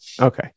Okay